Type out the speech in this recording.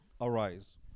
arise